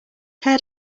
tear